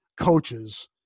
coaches